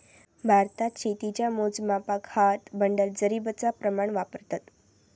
भारतात शेतीच्या मोजमापाक हात, बंडल, जरीबचा प्रमाण वापरतत